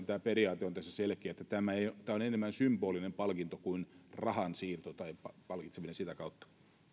tämä periaate on tässä selkeä että tämä on enemmän symbolinen palkinto kuin rahansiirto tai palkitseminen sitä kautta